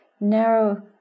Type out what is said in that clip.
narrow